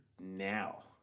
now